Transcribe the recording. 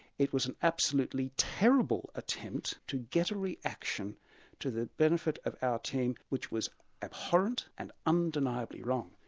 it was an absolutely terrible attempt to get a reaction to the benefit of our team which was abhorrent and undeniably wrong.